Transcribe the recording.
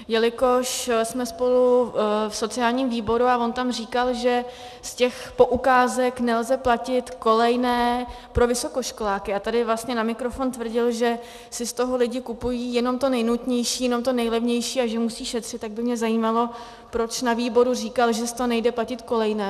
Jelikož jsme spolu v sociálním výboru a on tam říkal, že z těch poukázek nelze platit kolejné pro vysokoškoláky, a tady vlastně na mikrofon tvrdil, že si z toho lidi kupují jenom to nejnutnější, jenom to nejlevnější a že musí šetřit, tak by mě zajímalo, proč na výboru říkal, že z toho nejde platit kolejné.